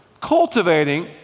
cultivating